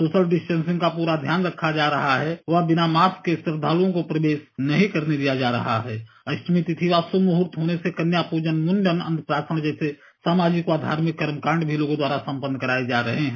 social distancing का पूरा ध्यान रखा जा रहा है वह बिना मास्क के श्रद्धालुओं को प्रवेश नहीं करने दिया जा रहा है अष्टमी तिथि व शभ मुहूर्त होने से कन्या पूजन मुंडन अन्नप्राशन जैसे सामाजिक व धार्मिक कर्मकांड भी लोगों द्वारा संपन्न कराए जा रहे हैं